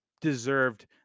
deserved